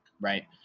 Right